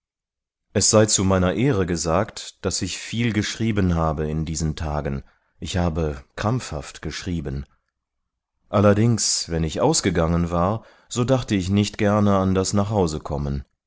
es sei zu meiner ehre gesagt daß ich viel geschrieben habe in diesen tagen ich habe krampfhaft geschrieben allerdings wenn ich ausgegangen war so dachte ich nicht gerne an das nachhausekommen